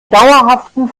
dauerhaften